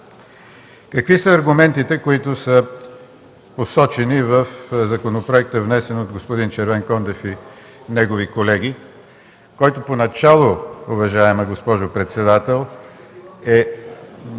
Какви са аргументите, които са посочени в законопроекта, внесен от господин Червенкондев и негови колеги, който поначало, уважаема госпожо председател, е